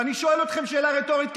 ואני שואל אתכם שאלה רטורית,